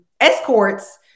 escorts